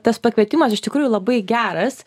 tas pakvietimas iš tikrųjų labai geras